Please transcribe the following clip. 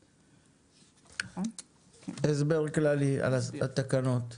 הסבר כללי על התקנות.